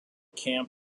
camp